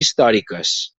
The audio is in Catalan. històriques